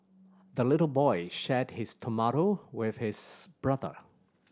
the little boy shared his tomato with his brother